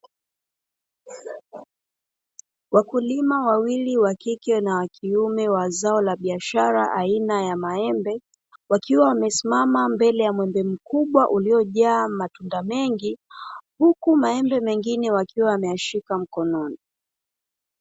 Wakulima wawili wa kike na wa kiume wa zao la biashara aina ya maembe, wakiwa wamesimama mbele ya muembe mkubwa uliojaa matunda mengi, huku maembe mengine wakiwa wameyashika mkononi.